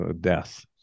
death